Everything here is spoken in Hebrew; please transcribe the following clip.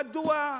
מדוע,